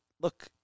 look